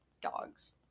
dogs